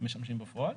משמשים בפועל.